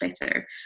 better